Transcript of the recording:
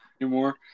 anymore